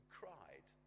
cried